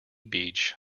beach